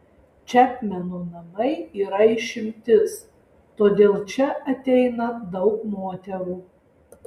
čepmeno namai yra išimtis todėl čia ateina daug moterų